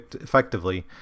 effectively